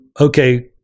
okay